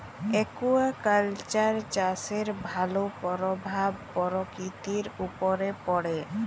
aquaculture চাষের ভালো পরভাব পরকিতির উপরে পড়ে